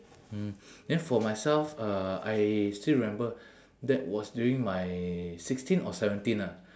mm then for myself uh I still remember that was during my sixteen or seventeen ah